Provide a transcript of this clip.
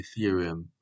Ethereum